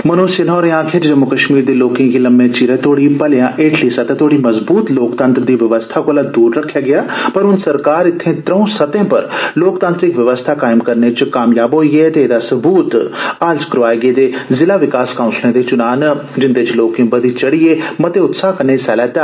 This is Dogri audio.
मनोज सिन्हा होरें आक्खेआ जे जम्मू कश्मीर दे लोके गी लम्में चिरे तोड़ी भलेआ हेठली स्तर तोड़ी मजबूत लोकतष्ठ दी व्यवस्था कोला दूर रखेआ गेआ पर हन सरकार इत्थे त्रर्फ सतहे पर लोकताब्रिक व्यवस्था कायम करने च कामयाब होई ऐ जेदा सबूत हाल च करोआए गेदे जिला विकास काउप्पले दे चुना जिन्दे च लोक बधी चपिए ते मते उत्साह कन्नै हिस्सा लैता